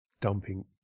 dumping